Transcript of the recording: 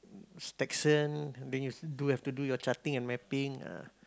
mm then you do have to do your charting and mapping ah